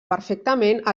perfectament